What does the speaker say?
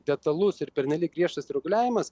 detalus ir pernelyg griežtas reguliavimas